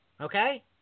okay